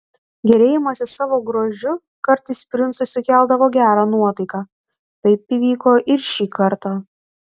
gėrėjimasis savo grožiu kartais princui sukeldavo gerą nuotaiką taip įvyko ir šį kartą